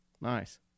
nice